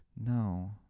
No